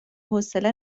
حوصله